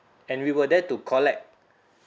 and we were there to collect